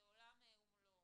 זה עולם ומלואו,